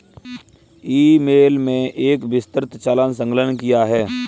ई mail में एक विस्तृत चालान संलग्न किया है